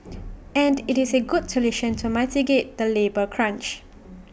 and IT is A good solution to mitigate the labour crunch